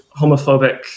homophobic